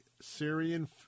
Syrian